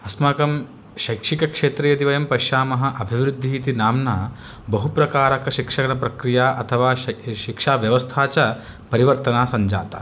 अस्माकं शैक्षिकक्षेत्रे यदि वयं पश्यामः अभिवृद्धिः इति नाम्ना बहुप्रकारकशिक्षणप्रक्रिया अथवा शि शिक्षाव्यवस्था च परिवर्तना सञ्जाता